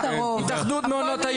התאחדות מעונות היום,